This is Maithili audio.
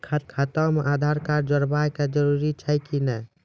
खाता म आधार कार्ड जोड़वा के जरूरी छै कि नैय?